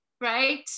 right